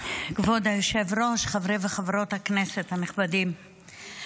כבוד היושב-ראש, חברי וחברות הכנסת הנכבדים,